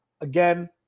Again